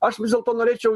aš vis dėlto norėčiau